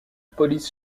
police